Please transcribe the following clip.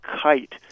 kite